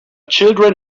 children